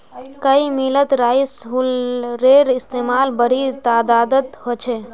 कई मिलत राइस हुलरेर इस्तेमाल बड़ी तदादत ह छे